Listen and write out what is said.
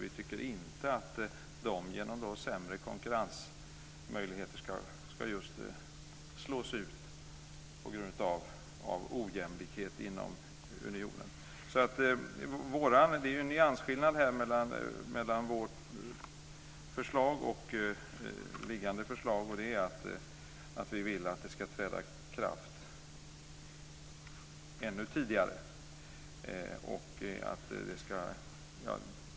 Vi tycker inte att de genom sämre konkurrensmöjligheter ska slås ut på grund av ojämlikhet inom unionen. Det finns en nyansskillnad mellan vårt förslag och det liggande förslaget. Vi vill att det ska träda i kraft ännu tidigare.